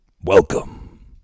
welcome